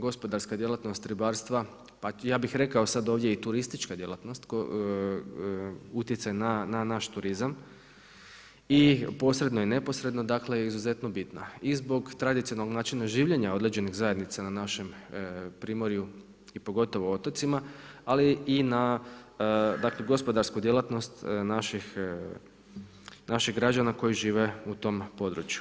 Gospodarska djelatnost ribarstva, pa ja bih rekao sad ovdje i turistička djelatnost utjecaj na naši turizam i posredno i neposredno, dakle je izuzetno bitna i zbog tradicionalnog načina življenja određenih zajednica na našem primorju i pogotovo otocima, ali i na, dakle gospodarsku djelatnost naših građana koji žive u tom području.